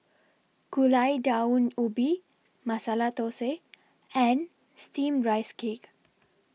Gulai Daun Ubi Masala Thosai and Steamed Rice Cake